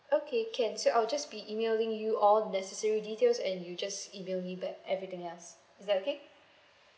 okay can so I'll just be emailing you all necessary details and you just email me back everything else is that okay